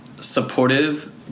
supportive